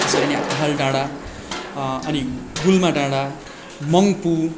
त्यसरी नै आहाल डाँडा अनि गुल्मा डाँडा मङ्पू